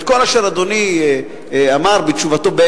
את כל אשר אדוני אמר בתשובתו,